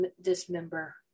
dismember